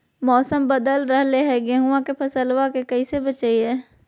मौसम बदल रहलै है गेहूँआ के फसलबा के कैसे बचैये?